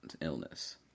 illness